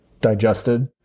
digested